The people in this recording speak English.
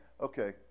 Okay